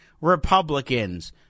Republicans